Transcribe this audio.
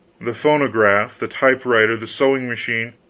the phonograph, the typewriter, the sewing-machine,